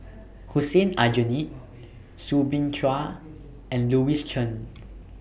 Hussein Aljunied Soo Bin Chua and Louis Chen